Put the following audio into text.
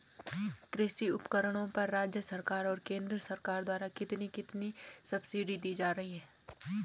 कृषि उपकरणों पर राज्य सरकार और केंद्र सरकार द्वारा कितनी कितनी सब्सिडी दी जा रही है?